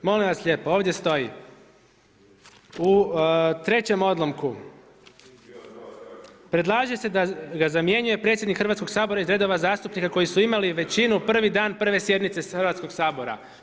Molim vas lijepo, ovdje stoji u trećem odlomku: „Predlaže se da ga zamjenjuje predsjednik Hrvatskog sabora iz redova zastupnika koji su imali većinu prvi dan, prve sjednice Hrvatskog sabora.